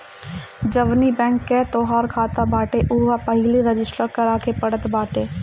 जवनी बैंक कअ तोहार खाता बाटे उहवा पहिले रजिस्टर करे के पड़त बाटे